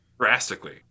drastically